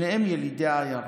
שניהם ילידי העיירה.